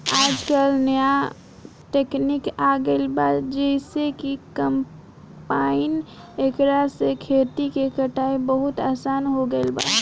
आजकल न्या तकनीक आ गईल बा जेइसे कि कंपाइन एकरा से खेतन के कटाई बहुत आसान हो गईल बा